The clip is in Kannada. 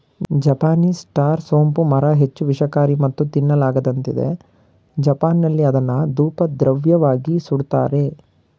ಜಪಾನೀಸ್ ಸ್ಟಾರ್ ಸೋಂಪು ಮರ ಹೆಚ್ಚು ವಿಷಕಾರಿ ಮತ್ತು ತಿನ್ನಲಾಗದಂತಿದೆ ಜಪಾನ್ನಲ್ಲಿ ಅದನ್ನು ಧೂಪದ್ರವ್ಯವಾಗಿ ಸುಡ್ತಾರೆ